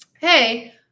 Hey